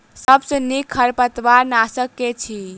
सबसँ नीक खरपतवार नाशक केँ अछि?